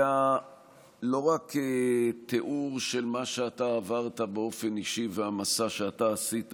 היה לא רק תיאור של מה שאתה עברת באופן אישי והמסע שאתה עשית.